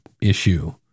issue